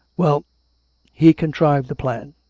well he contrived the plan.